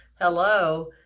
hello